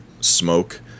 smoke